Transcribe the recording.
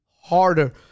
harder